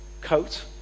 coat